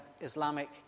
Islamic